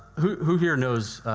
who here knows